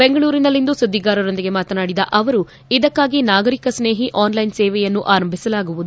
ಬೆಂಗಳೂರಿನಲ್ಲಿಂದು ಸುದ್ಗಿಗಾರರೊಂದಿಗೆ ಮಾತನಾಡಿದ ಅವರು ಇದಕ್ಕಾಗಿ ನಾಗರಿಕ ಸ್ನೇಹಿ ಆನ್ಲೈನ್ ಸೇವೆಯನ್ನು ಆರಂಭಿಸಲಾಗುವುದು